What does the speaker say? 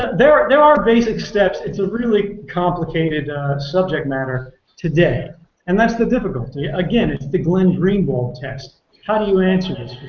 there there are basic steps. it's a really complicated subject matter today and that's the difficulty. again, it's the glenn greenwald test. how do you answer